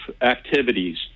activities